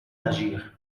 d’agir